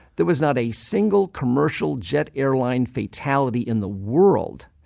there was not a single commercial jet airline fatality in the world.